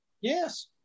Yes